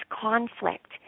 conflict